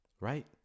Right